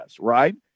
Right